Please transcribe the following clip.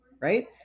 right